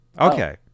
Okay